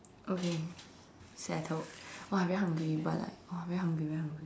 okay settled !wah! very hungry but like !wah! very hungry very hungry